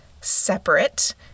separate